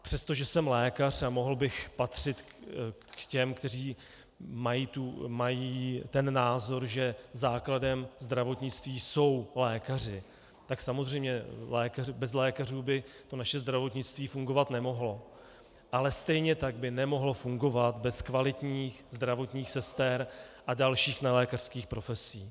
Přestože jsem lékař a mohl bych patřit k těm, kteří mají ten názor, že základem zdravotnictví jsou lékaři, tak samozřejmě bez lékařů by naše zdravotnictví fungovat nemohlo, ale stejně tak by nemohlo fungovat bez kvalitních zdravotních sester a dalších nelékařských profesí.